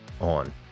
on